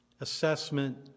assessment